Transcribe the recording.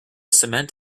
cement